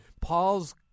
Paul's